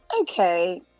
Okay